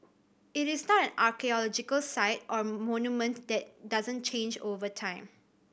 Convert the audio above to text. it is not an archaeological site or monument that doesn't change over time